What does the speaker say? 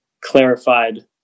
clarified